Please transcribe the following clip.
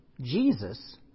Jesus